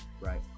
right